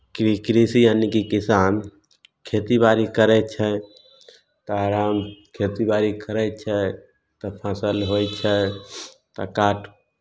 कि कृषि यानिकि किसान खेतीबाड़ी करै छै तऽ आराम खेतीबाड़ी करै छै तऽ फसल होइ छै तऽ काट